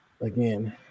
again